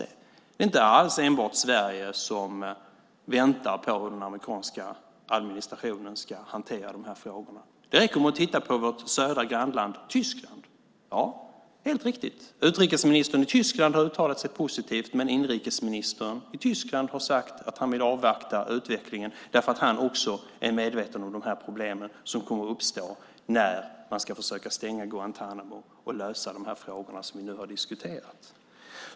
Det är inte alls enbart Sverige som väntar på att den amerikanska administrationen ska hantera de här frågorna. Det räcker med att titta på vårt södra grannland Tyskland. Ja, det är helt riktigt. Utrikesministern i Tyskland har uttalat sig positivt, men inrikesministern i Tyskland har sagt att han vill avvakta utvecklingen därför att han också är medveten om de här problemen som kommer att uppstå när man ska försöka stänga Guantánamo och lösa de frågor som vi nu har diskuterat.